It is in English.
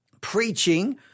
preaching